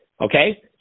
Okay